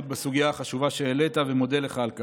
בסוגיה החשובה שהעלית ומודה לך על כך.